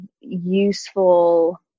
useful